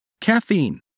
Caffeine